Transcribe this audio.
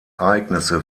ereignisse